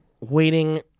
waiting